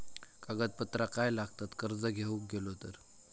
कागदपत्रा काय लागतत कर्ज घेऊक गेलो तर?